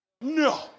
no